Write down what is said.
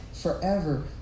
Forever